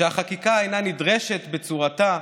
שהחקיקה אינה נדרשת בצורתה,